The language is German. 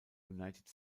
united